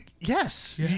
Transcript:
Yes